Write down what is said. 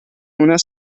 una